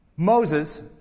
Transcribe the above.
Moses